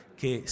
che